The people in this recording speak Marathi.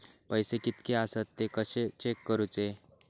पैसे कीतके आसत ते कशे चेक करूचे?